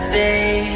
day